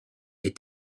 est